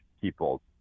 people